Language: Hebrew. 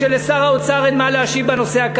אני אוציא אתכם בחוץ,